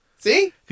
See